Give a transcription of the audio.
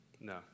No